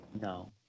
no